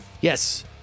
Yes